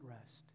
rest